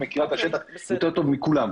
היא מכירה את השטח יותר טוב מכולם,